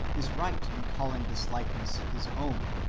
is right in calling this likeness his own,